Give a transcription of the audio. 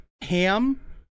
ham